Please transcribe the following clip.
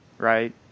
Right